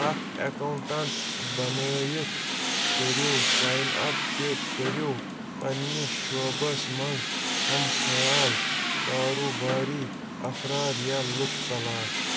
اکھ اٮ۪کاونٹنٹ بنٲیِتھ کٔرِو ساین اَپ تہِ کٔرِو پنٛنِس شوبس منٛز ہم خیال کاروباری اَفراد یا لُکھ تلاش